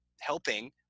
helping